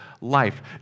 life